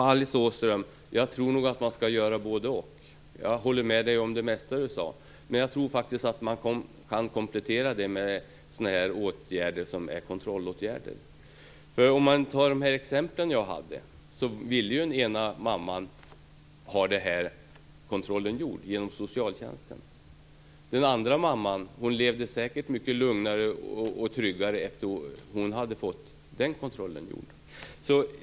Fru talman! Jag tror nog att man skall göra bådeoch. Jag håller med Alice Åström om det mesta hon sade, men jag tror att man kan komplettera med kontrollåtgärder. Jag gav några exempel. Den ena mamman ville ha kontrollen gjord genom socialtjänsten. Den andra mamman levde säkert mycket lugnare och tryggare efter det att kontrollen hade gjorts.